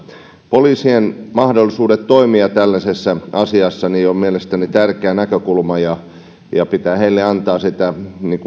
poliisien mahdollisuudet toimia tällaisessa asiassa on mielestäni tärkeä näkökulma ja heille pitää antaa